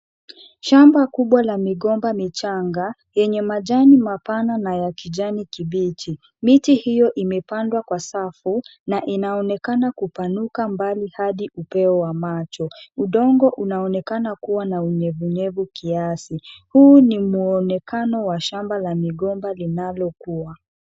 Shamba kubwa la migomba michanga yenye majani mapana na ya kijani kibichi. Miti hiyo imepandwa kwa safu na inaonekana kupanuka mbali hadi upeo wa macho. Udongo unaonekana kuwa na unyevunyevu kiasi. Huu ni muonekano wa shamba la migomba linalokuwa.